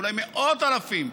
אולי מאות-אלפים,